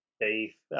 faith